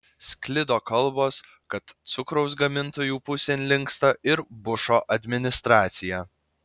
sklido kalbos kad cukraus gamintojų pusėn linksta ir bušo administracija